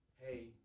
hey